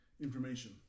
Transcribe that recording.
information